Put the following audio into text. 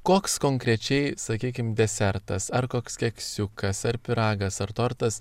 koks konkrečiai sakykim desertas ar koks keksiukas ar pyragas ar tortas